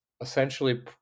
essentially